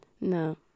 No